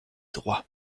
droits